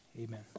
Amen